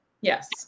Yes